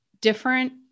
different